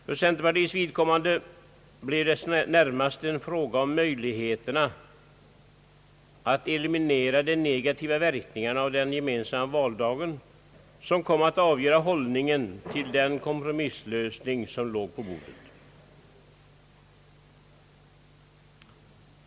För centerpartiets vidkommande blev det närmast möjligheterna att eliminera de negativa verkningarna av den gemensamma valdagen som kom att avgöra hållningen till den kompromisslösning som låg på bordet.